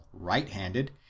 right-handed